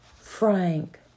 Frank